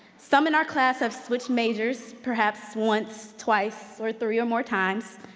some in our class have switched majors, perhaps once, twice, or three or more times.